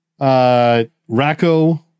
Racco